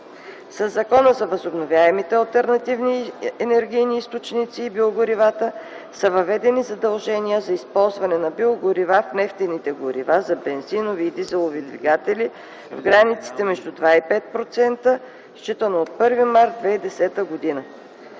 Със Закона за възобновяемите и алтернативните енергийни източници и биогоривата са въведени задължения за използване на биогорива в нефтените горива за бензинови и дизелови двигатели в границите между 2 и 5%, считано от 01 март 2010 г.